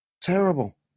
Terrible